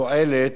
תועלת,